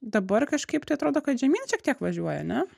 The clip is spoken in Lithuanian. dabar kažkaip tai atrodo kad žemyn šiek tiek važiuoja ane